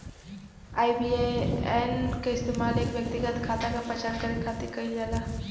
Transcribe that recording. IBAN क इस्तेमाल एक व्यक्तिगत खाता क पहचान करे खातिर किहल जाला